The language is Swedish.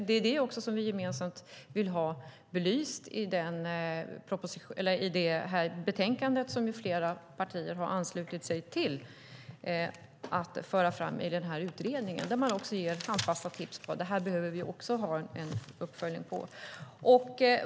Det är också det vi gemensamt vill ha belyst i det betänkande flera partier har anslutit sig till att föra fram i den här utredningen, där man också ger handfasta tips på vad vi behöver ha en uppföljning på.